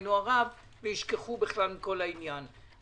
לצערנו הרב, וישכחו בכלל מכל העניין.